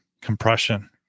compression